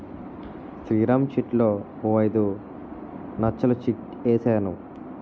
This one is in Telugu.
శ్రీరామ్ చిట్లో ఓ ఐదు నచ్చలు చిట్ ఏసాను